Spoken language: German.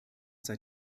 seit